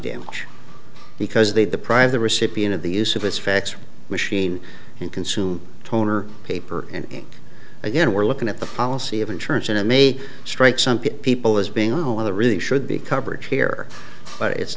damage because they the private recipient of the use of his fax machine and consume toner paper and again we're looking at the policy of insurance and it may strike some people as being one of the really should be coverage here but it's